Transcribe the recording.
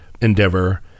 endeavor